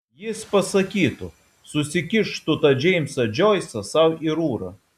jis pasakytų susikišk tu tą džeimsą džoisą sau į rūrą